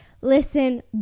listen